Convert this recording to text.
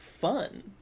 fun